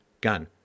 gun